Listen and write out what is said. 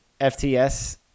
FTS